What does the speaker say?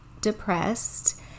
depressed